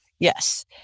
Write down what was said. Yes